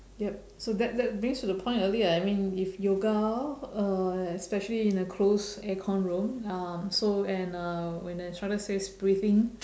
yup so that that brings to the point earlier I mean if yoga uh especially in a closed aircon room uh so and uh when the instructor says breathe in